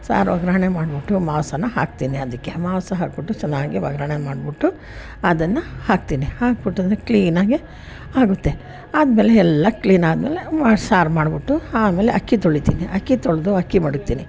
ಸಾರು ಒಗ್ಗರಣೆ ಮಾಡಿಬಿಟ್ಟು ಮಾಂಸನ ಹಾಕ್ತೀನಿ ಅದಕ್ಕೆ ಮಾಂಸ ಹಾಕಿಬಿಟ್ಟು ಚೆನ್ನಾಗಿ ಒಗ್ಗರಣೆ ಮಾಡಿಬಿಟ್ಟು ಅದನ್ನು ಹಾಕ್ತೀನಿ ಹಾಕಿಬಿಟ್ಟು ಅದು ಕ್ಲೀನಾಗಿ ಆಗುತ್ತೆ ಆದಮೇಲೆ ಎಲ್ಲ ಕ್ಲೀನಾದಮೇಲೆ ಮ ಸಾರು ಮಾಡಿಬಿಟ್ಟು ಆಮೇಲೆ ಅಕ್ಕಿ ತೊಳಿತೀನಿ ಅಕ್ಕಿ ತೊಳೆದು ಅಕ್ಕಿ ಮಡಗ್ತೀನಿ